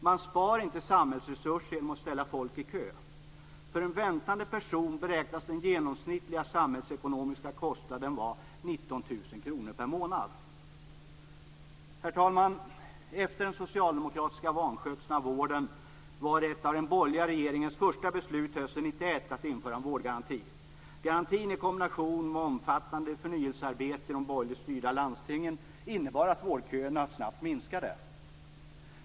Man spar inte samhällsresurser genom att ställa folk i kö. För en väntande person beräknas den genomsnittliga samhällsekonomiska kostnaden till 19 000 kr per månad. Herr talman! Efter den socialdemokratiska vanskötseln av vården var ett av den borgerliga regeringens första beslut hösten 1991 att införa en vårdgaranti. Garantin i kombination med ett omfattande förnyelsearbete i de borgerligt styrda landstingen innebar att vårdköerna snabbt minskade.